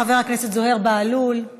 חבר הכנסת זוהיר בהלול, בבקשה.